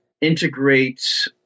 integrate